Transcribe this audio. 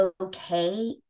okay